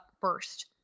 first